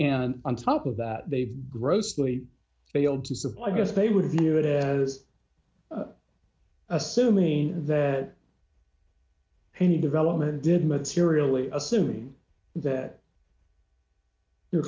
and on top of that they grossly failed to supply because they would view it as assuming that any development did materially assuming that your